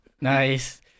Nice